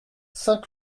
saint